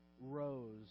rose